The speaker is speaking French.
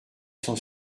cent